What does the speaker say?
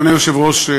אדוני היושב-ראש,